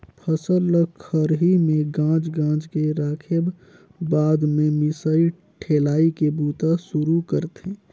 फसल ल खरही में गांज गांज के राखेब बाद में मिसाई ठेलाई के बूता सुरू करथे